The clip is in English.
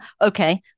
okay